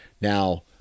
now